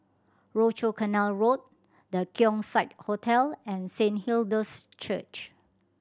Rochor Canal Road The Keong Saik Hotel and Saint Hilda's Church